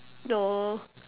no